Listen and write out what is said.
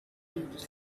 little